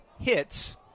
hits